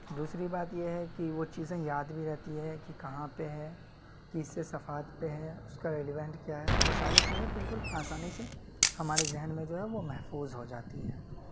دوسری بات یہ ہے کہ وہ چیزیں یاد بھی رہتی ہے کہ کہاں پہ ہے تیسرے صفحات پہ ہے اس کا ریلیونٹ کیا ہے وہ ساری چیزیں بالکل آسانی سے ہمارے ذہن میں جو ہے وہ محفوظ ہو جاتی ہیں